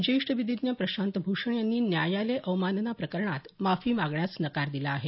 ज्येष्ठ विधीज्ञ प्रशांत भूषण यांनी न्यायालय अवमानना प्रकरणात माफी मागण्यास नकार दिला आहे